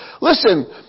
Listen